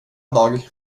dag